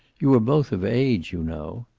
you are both of age, you know.